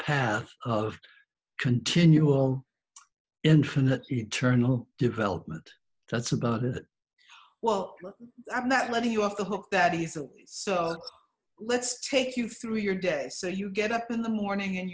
of continual infinite eternal development that's about it well i'm not letting you off the hook that is so let's take you through your day so you get up in the morning